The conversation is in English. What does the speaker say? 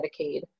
Medicaid